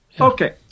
Okay